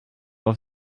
auf